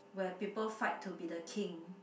where people fight to be the king